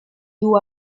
you